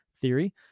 theory